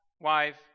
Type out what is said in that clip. wife